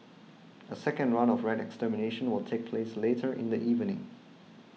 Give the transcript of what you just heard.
a second round of rat extermination will take place later in the evening